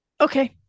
Okay